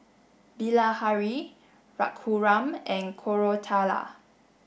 Bilahari Raghuram and Koratala